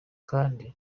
kandi